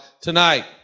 tonight